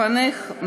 לפיכך,